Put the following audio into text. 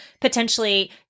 potentially